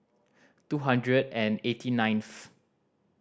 two hundred and eighty ninth